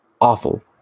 awful